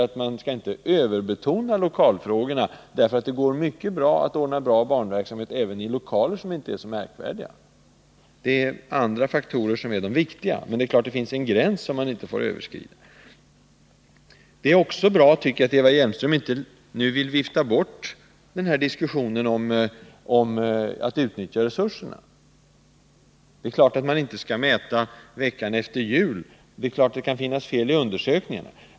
Men man skall inte överbetona lokalfrågorna; det går att ordna bra barnverksamhet även i lokaler som inte är så märkvärdiga. Andra faktorer är viktigare, även om det naturligtvis finns en gräns som man inte får överskrida. Jag tycker också det är bra att Eva Hjelmström inte vill vifta bort diskussionen om att utnyttja resurserna. Man skall inte göra mätningar veckan efter jul, och det är klart att det kan finnas fel i undersökningarna.